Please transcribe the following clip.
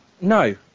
No